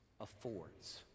affords